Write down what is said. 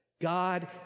God